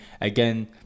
Again